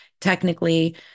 technically